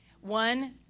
One